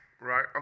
Right